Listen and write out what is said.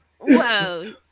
whoa